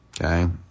okay